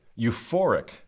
euphoric